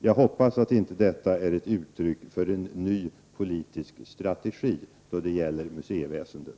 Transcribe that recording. Jag hoppas att detta inte är ett uttryck för en ny politisk strategi från regeringens sida då det gäller museiväsendet.